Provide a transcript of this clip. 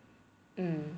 hmm